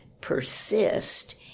persist